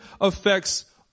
affects